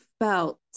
felt